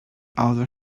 outer